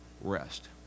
rest